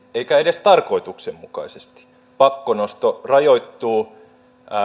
eikä edes tarkoituksenmukaisesti pakkonosto rajoittuu